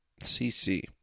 CC